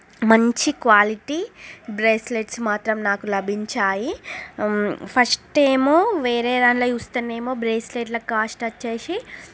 మంచి quality bracelets మాత్రం నాకు లభించాయి ఫస్ట్ ఏమో వేరే దాంట్లో చూస్తేనేమో బ్రాస్లెట్ల కాస్ట్ వచ్చి